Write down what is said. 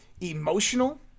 emotional